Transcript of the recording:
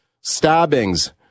stabbings